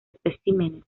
especímenes